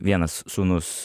vienas sūnus